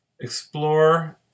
explore